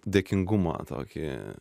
dėkingumą tokį